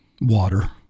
water